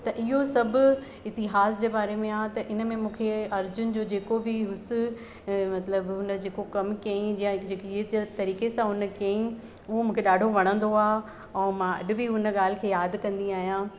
त इहो सभु इतिहासु जे बारे में आहे त इनमें मूंखे अर्जुन जो जेको बि हुयुसि मतिलबु हुन जेको कम कई या जेकी तरीक़े सां उन कई हूअ मूंखे ॾाढो वणंदो आहे ऐं मां अॼु बि उन ॻाल्हि खे यादि कंदी आहियां